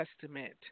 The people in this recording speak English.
Testament